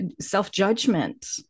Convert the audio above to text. self-judgment